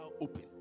open